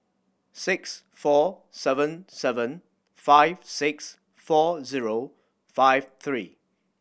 six four seven seven five six four zero five three